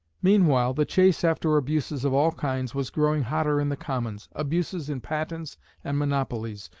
meanwhile the chase after abuses of all kinds was growing hotter in the commons abuses in patents and monopolies,